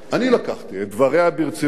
אני לקחתי, את דבריה ברצינות,